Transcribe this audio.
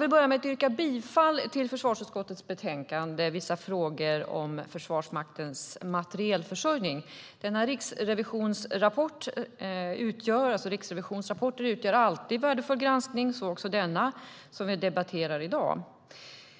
vill börja med att yrka bifall till förslaget i försvarsutskottets betänkande Vissa frågor om Försvarsmaktens materielförsörjning . Riksrevisionsrapporter utgör alltid värdefull granskning, så också den rapport som vi debatterar i dag.